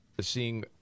seeing